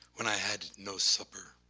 when i had no supper,